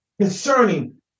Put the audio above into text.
concerning